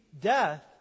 death